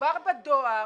מדובר בדואר,